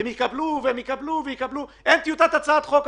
"הם יקבלו ויקבלו ויקבלו" בזמן שאין אפילו טיוטה של הצעת חוק.